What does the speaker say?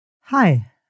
Hi